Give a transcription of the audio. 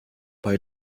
bei